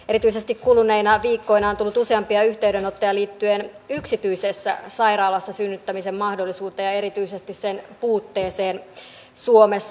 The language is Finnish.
erityisesti kuluneina viikkoina on tullut useampia yhteydenottoja liittyen yksityisessä sairaalassa synnyttämisen mahdollisuuteen ja erityisesti sen puutteeseen suomessa